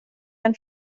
ein